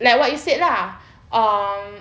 like what you said lah um